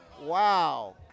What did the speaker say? Wow